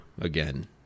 again